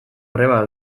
greba